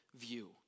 view